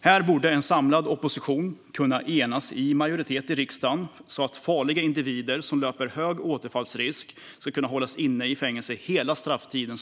Här borde en samlad opposition kunna bilda en majoritet i riksdagen så att farliga individer med hög återfallsrisk kan hållas kvar i fängelse under hela den utdömda strafftiden.